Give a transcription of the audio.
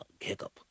hiccup